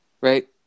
Right